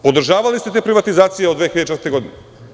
Podržavali ste te privatizacije od 2004. godine.